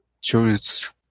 choose